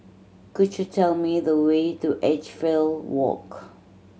could you tell me the way to Edgefield Walk